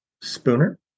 Spooner